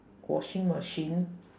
washing machine